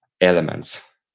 elements